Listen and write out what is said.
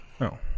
no